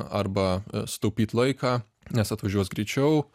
arba sutaupyt laiką nes atvažiuos greičiau